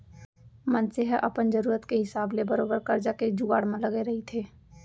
मनसे ह अपन जरुरत के हिसाब ले बरोबर करजा के जुगाड़ म लगे रहिथे